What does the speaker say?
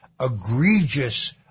egregious